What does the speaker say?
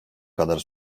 kadar